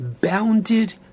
bounded